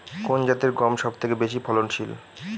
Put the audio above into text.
কোন জাতের গম সবথেকে বেশি ফলনশীল?